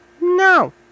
No